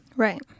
Right